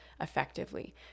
effectively